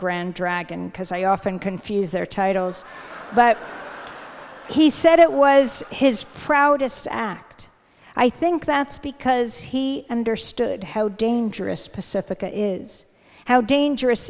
grand dragon because i often confuse their titles but he said it was his proudest act i think that's because he understood how dangerous pacifica is how dangerous